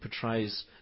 portrays